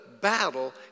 battle